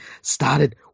started